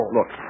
Look